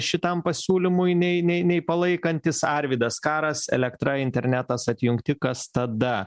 šitam pasiūlymui nei nei nei palaikantis arvydas karas elektra internetas atjungti kas tada